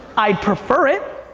i prefer it.